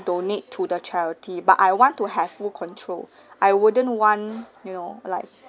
donate to the charity but I want to have full control I wouldn't want you know like